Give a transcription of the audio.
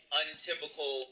untypical